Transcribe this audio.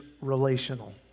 relational